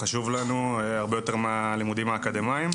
חשוב לנו הרבה יותר מהלימודים האקדמאיים.